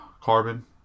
Carbon